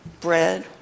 bread